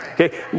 okay